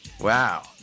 Wow